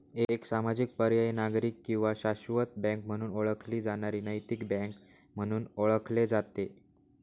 एक सामाजिक पर्यायी नागरिक किंवा शाश्वत बँक म्हणून ओळखली जाणारी नैतिक बँक म्हणून ओळखले जाते